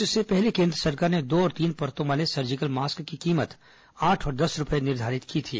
इससे पहले केन्द्र सरकार ने दो और तीन परतों वाले सर्जिकल मास्क की कीमत आठ और दस रुपये निर्धारित की थी